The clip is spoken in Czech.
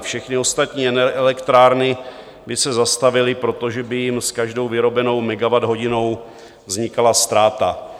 Všechny ostatní elektrárny by se zastavily, protože by jim s každou vyrobenou megawatthodinou vznikala ztráta.